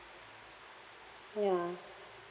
yeah